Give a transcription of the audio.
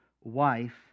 wife